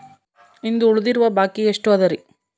ಇಂದು ಉಳಿದಿರುವ ಬಾಕಿ ಎಷ್ಟು ಅದರಿ?